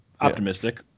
optimistic